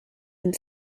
and